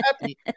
happy